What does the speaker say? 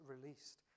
released